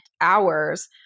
hours